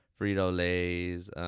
Frito-Lays